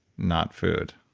not food.